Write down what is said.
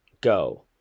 Go